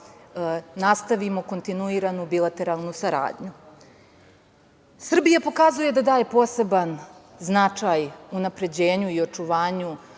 nastavimo kontinuiranu bilateralnu saradnju. Srbija pokazuje da daje poseban značaj unapređenju i očuvanju